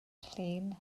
llun